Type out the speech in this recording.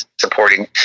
supporting